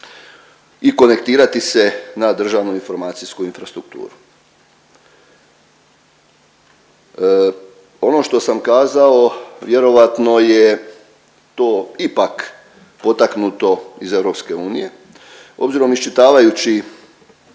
i konektirati se na državnu informacijsku infrastrukturu. Ono što sam kazao vjerovatno je to ipak potaknuto iz EU obzirom iščitavajući